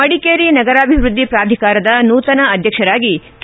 ಮಡಿಕೇರಿ ನಗರಾಭಿವೃದ್ಧಿ ಪ್ರಾಧಿಕಾರದ ನೂತನ ಅಧ್ಯಕ್ಷರಾಗಿ ಕೆ